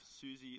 Susie